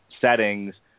settings